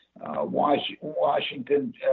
Washington